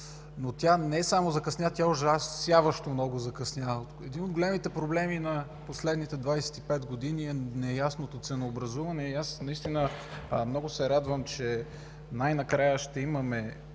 Но тя не само закъсня, тя ужасяващо много закъсня. Един от големите проблеми на последните 25 години е неясното ценообразуване и аз наистина много се радвам, че най-накрая ще имаме